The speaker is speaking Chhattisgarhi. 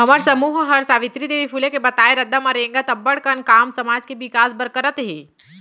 हमर समूह हर सावित्री देवी फूले के बताए रद्दा म रेंगत अब्बड़ कन काम समाज के बिकास बर करत हे